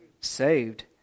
Saved